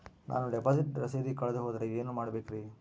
ನಾನು ಡಿಪಾಸಿಟ್ ರಸೇದಿ ಕಳೆದುಹೋದರೆ ಏನು ಮಾಡಬೇಕ್ರಿ?